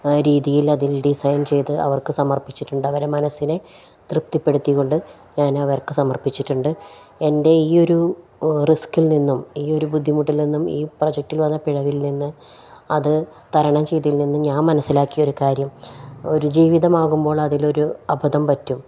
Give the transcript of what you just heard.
രീതിയിൽ അതിൽ ഡിസൈൻ ചെയ്ത് അവർക്കു സമർപ്പിച്ചിട്ടുണ്ട് അവരെ മനസ്സിനെ തൃപ്തിപ്പെടുത്തിക്കൊണ്ടു ഞാനവർക്കു സമർപ്പിച്ചിട്ടുണ്ട് എൻ്റെ ഈ ഒരു റിസ്ക്കിൽനിന്നും ഈ ഒരു ബുദ്ധിമുട്ടിൽനിന്നും ഈ പ്രൊജെക്റ്റിൽ വന്ന പിഴവിൽനിന്ന് അതു തരണം ചെയ്തതിൽനിന്നു ഞാൻ മനസ്സിലാക്കിയ ഒരു കാര്യം ഒരു ജീവിതമാകുമ്പോൾ അതിലൊരു അബദ്ധം പറ്റും